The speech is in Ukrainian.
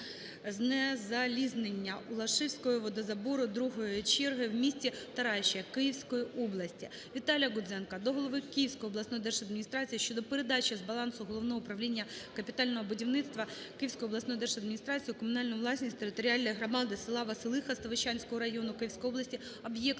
знезалізнення Улашівського водозабору ІІ черги в місті Тараща Київської області. ВіталіяГудзенка до голови Київської обласної держадміністрації щодо передачі з балансу Головного управління капітального будівництва Київської обласної держадміністрації у комунальну власність територіальної громади села Василиха Ставищенського району Київської області об'єкта